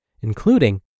including